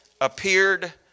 appeared